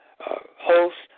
hosts